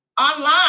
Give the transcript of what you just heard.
online